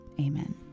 Amen